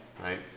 right